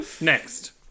Next